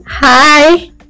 hi